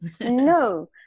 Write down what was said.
No